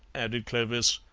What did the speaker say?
added clovis,